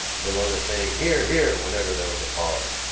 villona saying hear! hear! whenever there was a pause.